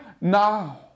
now